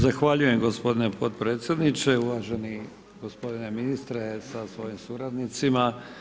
Zahvaljujem gospodine podpredsjedniče, uvaženi gospodine ministre sa svojim suradnicima.